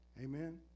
Amen